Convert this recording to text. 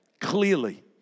clearly